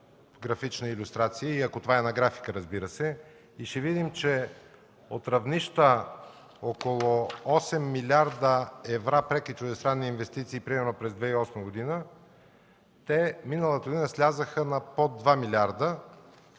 Ще видим, че от равнища на около 8 млрд. евро преки чуждестранни инвестиции примерно през 2008 г., миналата година те слязоха на под 2 милиарда